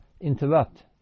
interrupt